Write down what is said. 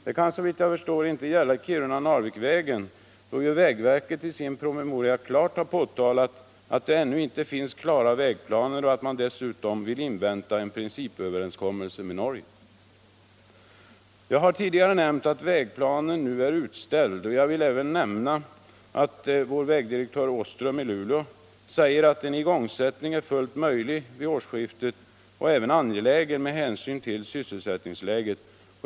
Detta kan såvitt jag förstår inte gälla vägen Kiruna-Narvik, då vägverket i sin promemoria klart har påtalat att det ännu inte finns några färdiga vägplaner och att man dessutom vill invänta en principöverenskommelse med Norge. Jag har tidigare nämnt att vägplanen nu är utställd och jag vill även nämna att vägdirektör Åström i Luleå säger att en igångsättning är fullt möjlig vid årsskiftet och även angelägen med hänsyn till sysselsättningsläget.